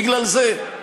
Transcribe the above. בגלל זה.